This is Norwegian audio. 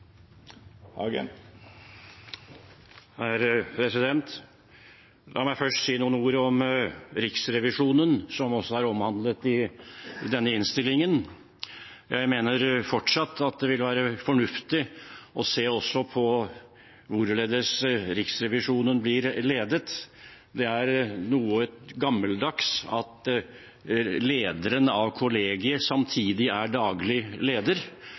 denne innstillingen. Jeg mener fortsatt at det ville være fornuftig å se også på hvorledes Riksrevisjonen blir ledet. Det er noe gammeldags at lederen av kollegiet samtidig er daglig leder.